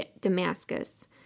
Damascus